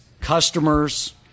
customers